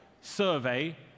survey